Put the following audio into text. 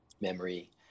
memory